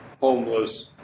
homeless